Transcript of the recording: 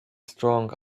strong